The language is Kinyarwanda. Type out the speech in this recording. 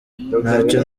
ntacyo